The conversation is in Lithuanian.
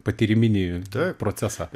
patyriminį procesą